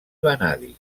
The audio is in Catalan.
vanadi